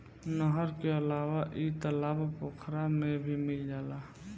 नहर के अलावा इ तालाब पोखरा में भी मिल जाला